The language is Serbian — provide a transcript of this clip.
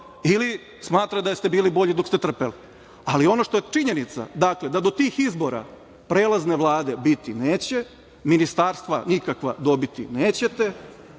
ili smatrate da ste bili bolji dok ste trpeli. Ono što je činjenica jeste da tih izbora prelazne Vlade biti neće, ministarstva nikakva dobiti nećete,